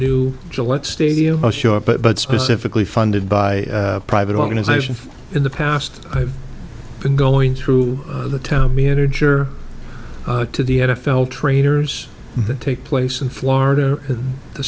new gillette stadium show up but specifically funded by private organizations in the past i've been going through the town manager to the n f l trainers that take place in florida and the